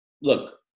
look